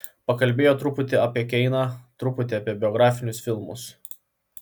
pakalbėjo truputį apie keiną truputį apie biografinius filmus